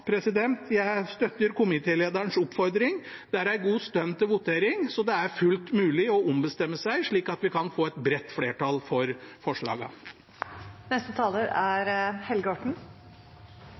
Jeg støtter komitélederens oppfordring: Det er en god stund til votering, så det er fullt mulig å ombestemme seg, slik at vi kan få et bredt flertall for